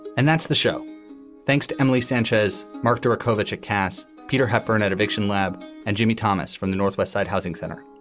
and that's the show thanks to emily sanchez, mark markovitch ah cast peter hepburn at eviction lab and jamie thomas from the northwest side housing center.